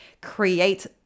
create